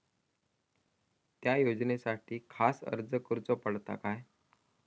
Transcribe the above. त्या योजनासाठी खास अर्ज करूचो पडता काय?